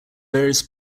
various